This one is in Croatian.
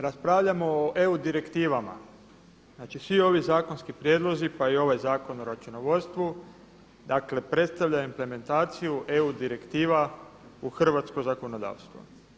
Raspravljamo o EU direktivama, znači svi ovi zakonski prijedlozi pa i ovaj Zakon o računovodstvu dakle predstavlja implementaciju EU direktiva u hrvatsko zakonodavstvo.